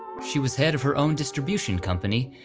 she was head of her own distribution company,